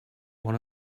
one